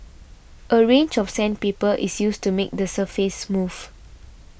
a range of sandpaper is used to make the surface smooth